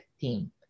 team